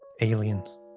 Aliens